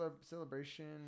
Celebration